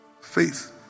Faith